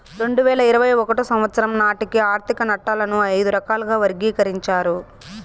రెండు వేల ఇరవై ఒకటో సంవచ్చరం నాటికి ఆర్థిక నట్టాలను ఐదు రకాలుగా వర్గీకరించారు